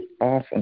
awesome